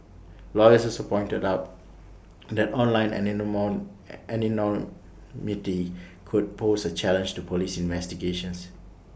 lawyers also pointed out that online any no more anonymity could pose A challenge to Police investigations